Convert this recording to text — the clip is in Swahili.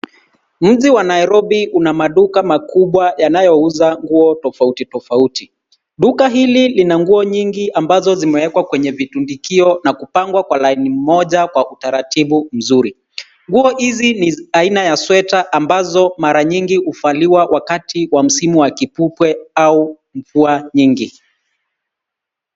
Mji wa Nairobi una maduka makubwa yanayouza nguo tofauti tofauti. Duka hili lina nguo nyingi ambazo zimewekwa kwenye vitundikio na kupangwa kwenye laini moja kwa utaratibu mzuri. Nguo hizi ni aina ya sweta ambazo mara nyingi huvaliwa wakati wa msimu wa kipupwe au mvua nyingi.